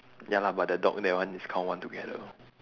ya lah but the dog that one is count one together